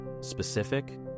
specific